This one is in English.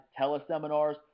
teleseminars